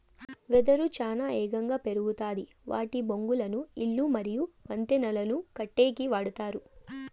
వెదురు చానా ఏగంగా పెరుగుతాది వాటి బొంగులను ఇల్లు మరియు వంతెనలను కట్టేకి వాడతారు